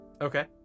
Okay